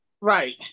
Right